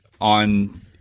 on